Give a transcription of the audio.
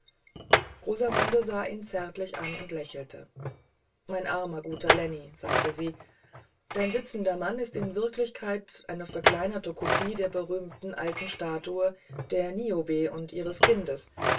rosamundejedeseinerbewegungenmitstummeraufmerksamkeitverfolgte überlegte einwenigundsagte istinderrechteneckenichtdiesitzendefigureinesmannes undsindnichthöher obenlinksetwasplumpausgeführtefelsenundbäumezusehen rosamundesahihnzärtlichanundlächelte mein armer guter lenny sagte sie dein sitzender mann ist in der wirklichkeit eine verkleinerte kopie der berühmten alten statue der niobe und ihres kindes